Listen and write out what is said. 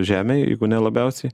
žemėj jeigu ne labiausiai